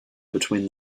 between